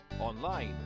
online